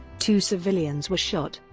two civilians were shot.